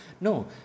no